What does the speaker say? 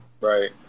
right